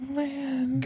man